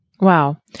Wow